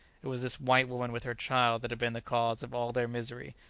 it was this white woman with her child that had been the cause of all their misery,